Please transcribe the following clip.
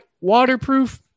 waterproof